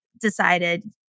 decided